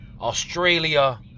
Australia